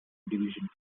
division